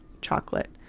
chocolate